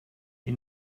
die